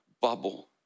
bubble